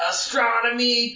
Astronomy